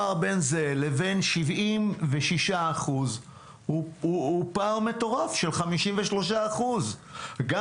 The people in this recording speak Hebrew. לבין ה-76% הוא פער מטורף של 53%. גם